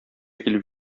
килеп